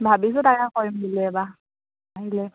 ভাবিছোঁ তাকে কৰিম বুলি এইবাৰ আহিলে